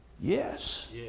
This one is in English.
Yes